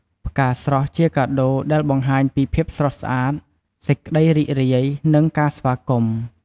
ផ្កាស្រស់ជាកាដូដែលបង្ហាញពី ភាពស្រស់ស្អាត សេចក្តីរីករាយ និង ការស្វាគមន៍។